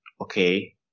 Okay